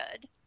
good